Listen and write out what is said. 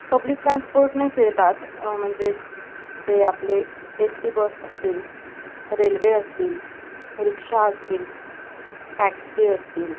public ट्रान्सपोर्टने फिरतात म्हणजे जे आपले एस टी बस असतील रेल्वे असतील रिक्षा असतील टॅक्सी असतील